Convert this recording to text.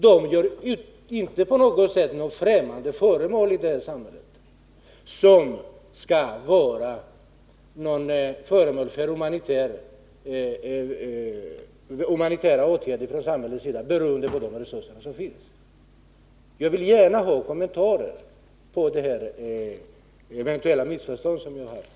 De utgör inte på något sätt främmande element i det här samhället som skall vara föremål för humanitära åtgärder från samhällets sida, vilka i sin tur blir beroende av de resurser som finns. Jag vill gärna ha en kommentar till det här eventuella missförståndet.